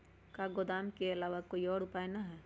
का गोदाम के आलावा कोई और उपाय न ह?